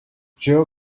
jill